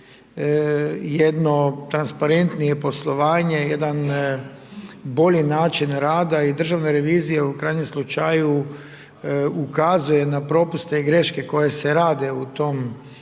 jedno transparentnije poslovanje, jedan bolji način rada i Državna revizija u krajnjem slučaju ukazuje na propuste i greške koje se rade u tom dijelu